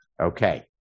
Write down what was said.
Okay